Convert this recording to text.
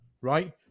right